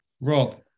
Rob